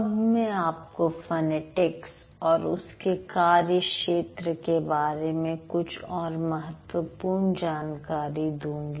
अब मैं आपको फनेटिक्स और उसके कार्य क्षेत्र के बारे में कुछ और महत्वपूर्ण जानकारी दूंगी